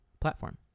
platform